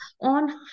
on